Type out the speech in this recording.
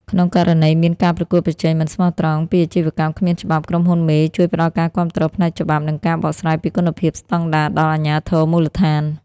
ក្នុងករណីមាន "ការប្រកួតប្រជែងមិនស្មោះត្រង់" ពីអាជីវកម្មគ្មានច្បាប់ ក្រុមហ៊ុនមេជួយផ្ដល់ការគាំទ្រផ្នែកច្បាប់ និងការបកស្រាយពីគុណភាពស្ដង់ដារដល់អាជ្ញាធរមូលដ្ឋាន។